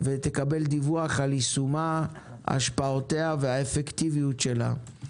ותקבל דיווח על יישומה, השפעותיה והאפקטיביות שלה.